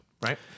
right